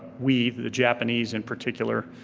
we, the japanese in particular,